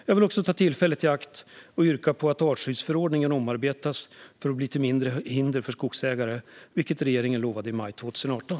Jag vill också ta tillfället i akt att yrka på att artskyddsförordningen ska omarbetas för att bli till mindre hinder för skogsägare, vilket regeringen lovade i maj 2018.